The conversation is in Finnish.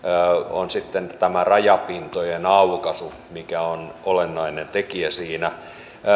on sitten tämä rajapintojen aukaisu mikä on olennainen tekijä siinä